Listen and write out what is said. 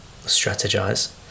strategize